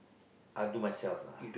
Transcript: I will do myself lah